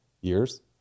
years